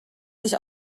sich